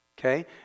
okay